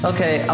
Okay